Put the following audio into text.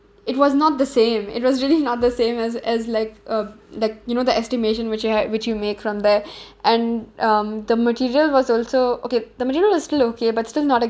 it was not the same it was really not the same as as like uh like you know the estimation which you ha~ which you make from there and um the material was also okay the material was still okay but still not